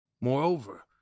Moreover